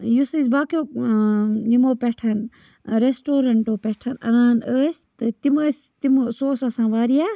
یُس أسۍ باقیو یِمو پٮ۪ٹھ رٮ۪سٹورَنٹو پٮ۪ٹھ اَنان ٲسۍ تہٕ تِم ٲسۍ تِمو سُہ اوس آسان واریاہ